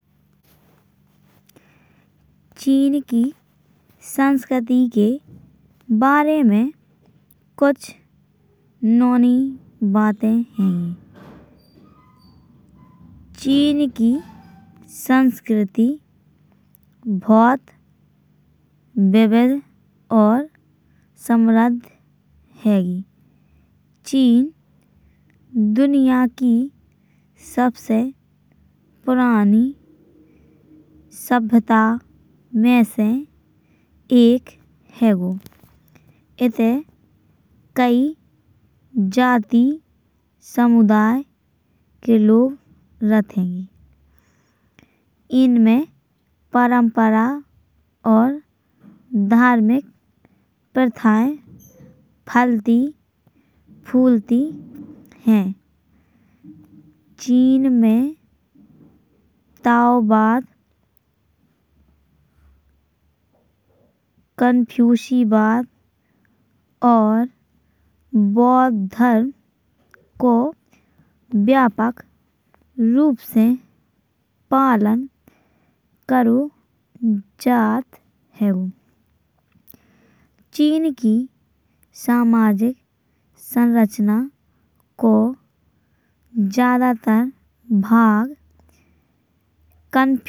चीन की संस्कृति के बारे में कुछ नौनी बातें हैंगी। चीन की संस्कृति बहुत विविध और समृद्ध हैंगी। चीन दुनिया की सबसे पुरानी सभ्यता में से एक हैगो। इते कई जाति समुदाय के लोग रहते हैंगे। इनमें परंपरा और धार्मिक प्रथाएं फलती फूलती हैं। चीन में ताओवाद, कंफ्युशियनवाद और बौद्ध धर्म को व्यापक रूप से पालन करो जात हैंगो। चीन की सामाजिक संरचना को ज्यादातर भाग।